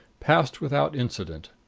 passed without incident.